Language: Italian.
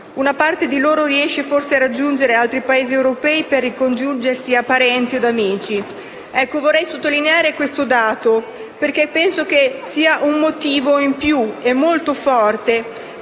Una parte di loro riesce forse a raggiungere altri Paesi europei per ricongiungersi a parenti e amici. Vorrei sottolineare questo dato, perché penso sia un motivo in più e molto forte